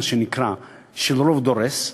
מה שנקרא של רוב דורס,